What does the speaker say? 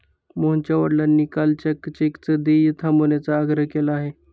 मोहनच्या वडिलांनी कालच्या चेकचं देय थांबवण्याचा आग्रह केला आहे